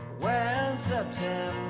when september